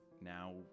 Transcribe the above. now